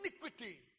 iniquity